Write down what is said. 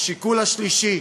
השיקול השלישי,